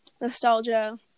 nostalgia